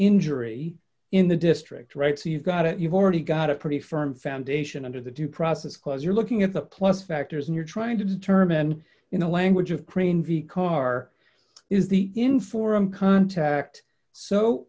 injury in the district right so you've got it you've already got a pretty firm foundation under the due process clause you're looking at the plus factors and you're trying to determine in the language of crane v carr is the inforum contact so